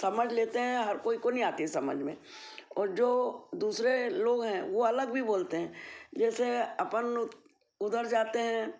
समझ लेते हैं हर कोई को नहीं आती है समझ में और जो दूसरे लोग हैं वो अलग भी बोलते हैं जैसे अपन उधर जाते हैं